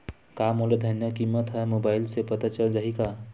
का मोला धनिया किमत ह मुबाइल से पता चल जाही का?